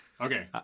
Okay